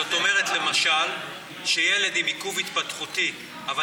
זאת אומרת שלמשל ילד עם עיכוב התפתחותי אבל